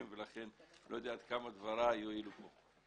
ולכן אני לא יודע עד כמה דבריי יועילו פה.